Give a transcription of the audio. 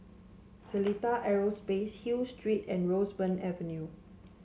Seletar Aerospace Hill Street and Roseburn Avenue